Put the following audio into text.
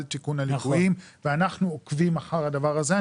תיקון הליקויים ואנחנו עוקבים אחר הדבר הזה.